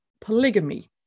polygamy